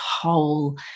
whole